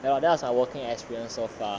ya that was my working experience so far